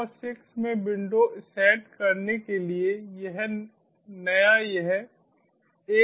6 6 में window set करने के लिए नया यह 8 8 हो सकता है